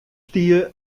stie